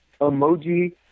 emoji